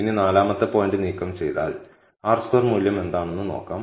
ഇനി നാലാമത്തെ പോയിന്റ് നീക്കം ചെയ്താൽ R സ്ക്വയർ മൂല്യം എന്താണെന്ന് നോക്കാം